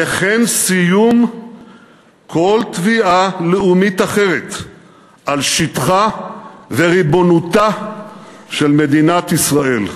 וכן סיום כל תביעה לאומית אחרת על שטחה וריבונותה של מדינת ישראל.